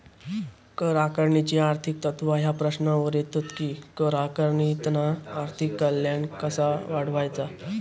कर आकारणीची आर्थिक तत्त्वा ह्या प्रश्नावर येतत कि कर आकारणीतना आर्थिक कल्याण कसा वाढवायचा?